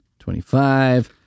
25